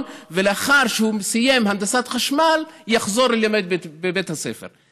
ולאחר שהוא מסיים הנדסת חשמל יחזור ללמד בבית הספר.